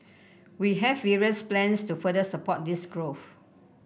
we have various plans to further support this growth